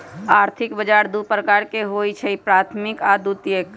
आर्थिक बजार दू प्रकार के होइ छइ प्राथमिक आऽ द्वितीयक